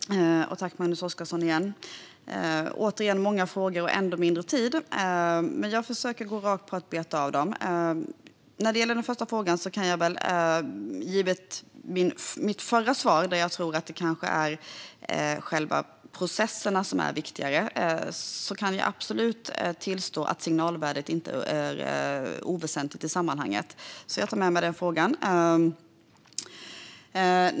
Fru talman! Jag tackar återigen Magnus Oscarsson för de många frågorna. I detta inlägg har jag ännu mindre tid, men jag försöker gå rakt på och beta av dem. När det gäller frågan om miljöbalken tror jag att själva processerna är viktigare, som jag sa i mitt förra inlägg. Men jag kan absolut tillstå att signalvärdet inte är oväsentligt i sammanhanget. Jag tar med mig den frågan.